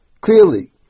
clearly